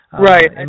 Right